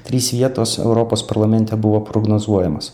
trys vietos europos parlamente buvo prognozuojamas